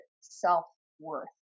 self-worth